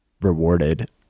rewarded